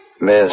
Miss